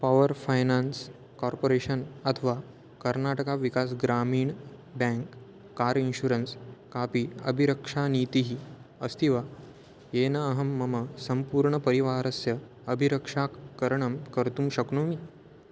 power finance corporation अथवा Karnataka Vikas Grameena bank car insurance कापि अभिरक्षानीतिः अस्ति वा येन अहं मम सम्पूर्णपरिवारस्य अभिरक्षाकरणं कर्तुं शक्नोमि